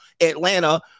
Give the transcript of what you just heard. Atlanta